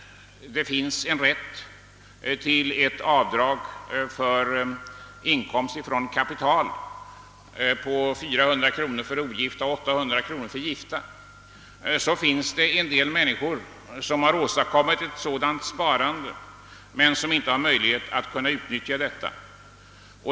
Den kräver rätt till sparavdrag om högst 400 kronor för ensamstående och 800 kronor för äkta makar. Det finns dock en del människor som åstadkommit ett sådant sparande men som inte har någon möjlighet att kunna utnyttja detta.